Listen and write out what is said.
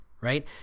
right